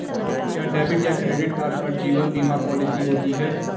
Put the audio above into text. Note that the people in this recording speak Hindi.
क्या डेबिट या क्रेडिट कार्ड पर जीवन बीमा पॉलिसी होती है?